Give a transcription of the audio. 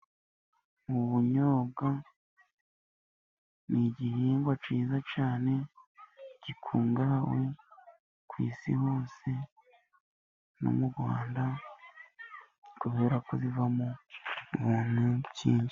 Ubunyobwa ni igihingwa cyiza cyane gikungahaye ku isi hose no mu Rwanda kubera ko buvamo ibintu byinshi.